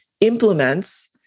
implements